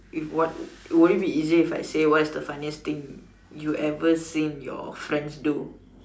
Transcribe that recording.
if what would it be easier if I say what's the funniest thing you ever seen your friends do